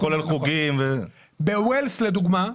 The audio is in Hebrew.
זה כולל חוגים --- בוולס לדוגמה,